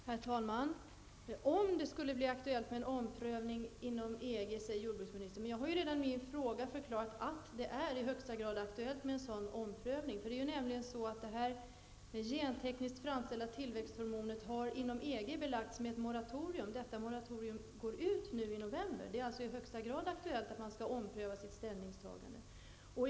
Herr talman! ''Om det skulle bli aktuellt att EG avser att ompröva sin syn --'', säger jordbruksministern. Men jag har redan i min fråga förklarat att det är i högsta grad aktuellt med en sådan omprövning av EGs ställningstagande. Det är nämligen så att detta gentekniskt framställda tillväxthormon inom EG har belagts med ett moratorium, och det går ut nu i november.